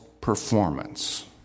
performance